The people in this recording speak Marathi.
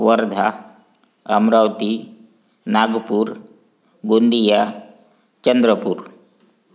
वर्धा अमरावती नागपूर गोंदिया चंद्रपूर